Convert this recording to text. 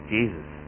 Jesus